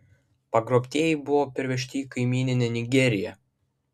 pagrobtieji buvo pervežti į kaimyninę nigeriją